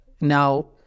now